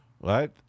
right